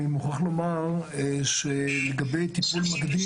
אני מוכרח לומר שלגבי טיפול מקדים,